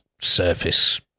surface